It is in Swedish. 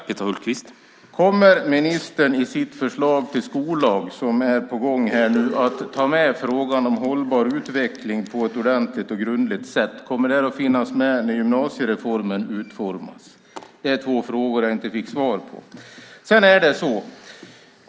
Herr talman! Kommer ministern i sitt förslag till skollag som nu är på gång att ta med frågan om hållbar utveckling på ett ordentligt och grundligt sätt? Kommer det här att finnas med när gymnasiereformen utformas? Det är två frågor som jag inte fick svar på. Sedan är det så här.